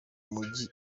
mijyi